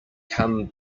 come